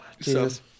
Jesus